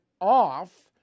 off